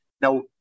Now